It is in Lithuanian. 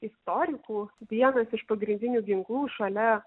istorikų vienas iš pagrindinių ginklų šalia